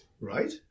Right